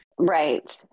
Right